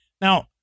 Now